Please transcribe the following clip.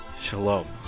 Shalom